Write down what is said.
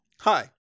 Hi